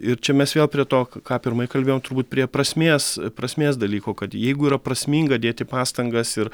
ir čia mes vėl prie to ką pirmai kalbėjom turbūt prie prasmės prasmės dalyko kad jeigu yra prasminga dėti pastangas ir